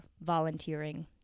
volunteering